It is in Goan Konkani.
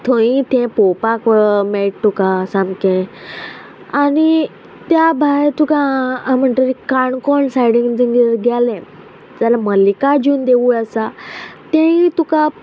थंय तें पोवपाक मेळट तुका सामके आनी त्या भायर तुका म्हणटरी काणकोण सायडीन जी जर गेले जाल्यार मल्लिकार्जून देवूळ आसा तेय तुका